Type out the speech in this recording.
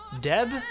deb